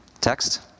text